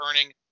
earning